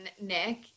Nick